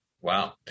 Wow